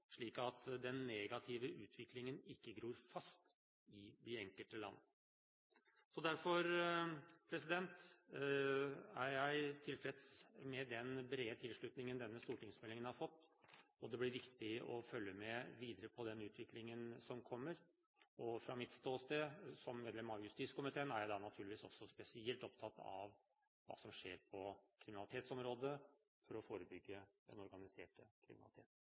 slik at den negative utviklingen ikke gror fast i de enkelte land. Derfor er jeg tilfreds med den brede tilslutningen denne stortingsmeldingen har fått. Det blir viktig å følge med videre på utviklingen som kommer. Fra mitt ståsted, som medlem av justiskomiteen, er jeg naturligvis spesielt opptatt av hva som skjer på kriminalitetsområdet, for å forebygge den organiserte